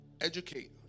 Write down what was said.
educate